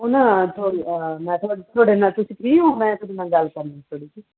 ਉਹ ਨਾਂ ਥੋ ਮੈਂ ਤੁਹਾਡੇ ਨਾਲ ਤੁਸੀਂ ਫਰੀ ਹੋ ਮੈਂ ਤੁਹਾਡੇ ਨਾਲ ਗੱਲ ਕਰਨੀ ਥੋੜ੍ਹੀ ਜੀ